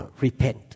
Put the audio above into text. repent